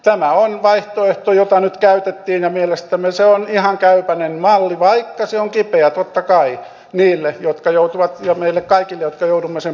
tämä on vaihtoehto jota nyt käytettiin ja mielestämme se on ihan käypäinen malli vaikka se on totta kai kipeä niille jotka joutuvat ja meille kaikille jotka joudumme sen maksamaan